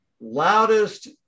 loudest